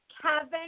Kevin